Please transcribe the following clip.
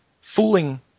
fooling